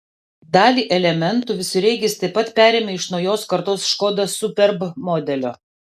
dalį elementų visureigis taip pat perėmė iš naujos kartos škoda superb modelio